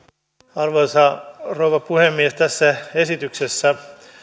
arvoisa rouva puhemies tässä esityksessä